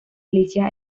alicia